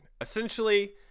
Essentially